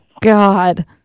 God